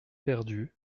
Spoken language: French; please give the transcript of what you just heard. perdus